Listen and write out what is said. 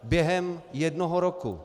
Během jednoho roku.